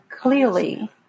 clearly